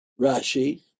Rashi